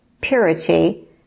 purity